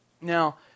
Now